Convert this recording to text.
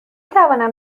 توانم